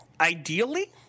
ideally